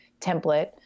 template